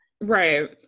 Right